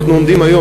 אנחנו עומדים היום,